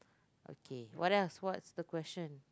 okay what else what's the question